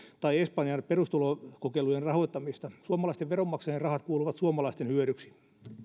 tai espanjan perustulokokeilujen rahoittamista suomalaisten veronmaksajien rahat kuuluvat suomalaisten hyödyksi